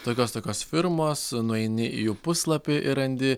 tokios tokios firmos nueini į jų puslapį ir randi